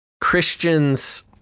Christians